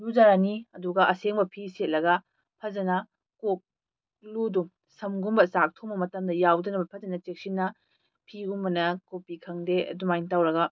ꯂꯨꯖꯔꯅꯤ ꯑꯗꯨꯒ ꯑꯁꯦꯡꯕ ꯐꯤ ꯁꯦꯠꯂꯒ ꯐꯖꯟꯅ ꯀꯣꯛ ꯂꯨꯗꯣ ꯁꯝꯒꯨꯝꯕ ꯆꯥꯛ ꯊꯣꯡꯕ ꯃꯇꯝꯗ ꯌꯥꯎꯗꯅꯕ ꯐꯖꯟꯅ ꯆꯦꯛꯁꯤꯟꯅ ꯐꯤꯒꯨꯝꯕꯅ ꯀꯨꯞꯄꯤ ꯈꯪꯗꯦ ꯑꯗꯨꯃꯥꯏꯅ ꯇꯧꯔꯒ